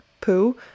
poo